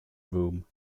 room